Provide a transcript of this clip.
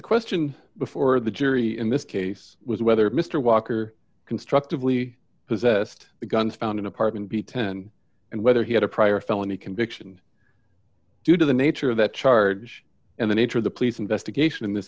question before the jury in this case was whether mr walker constructively possessed the guns found in apartment b ten and whether he had a prior felony conviction due to the nature of that charge and the nature of the police investigation in this